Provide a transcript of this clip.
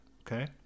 okay